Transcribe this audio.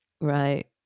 Right